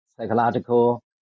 psychological